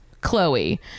Chloe